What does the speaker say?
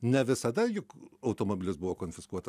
ne visada juk automobilis buvo konfiskuotas